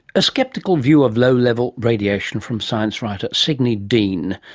a sceptical view of low level radiation from science writer signe dean.